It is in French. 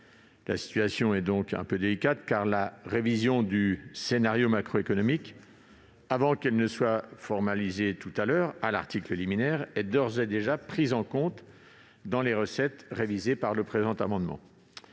La situation est un peu délicate, car la révision du scénario macroéconomique, avant qu'elle ne soit formalisée à l'article liminaire, est d'ores et déjà prise en compte dans les recettes révisées par le présent amendement.